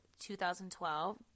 2012